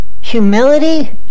Humility